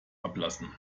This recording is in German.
ablassen